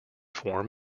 form